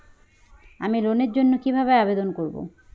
আমি লোনের জন্য কিভাবে আবেদন করব?